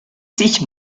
sich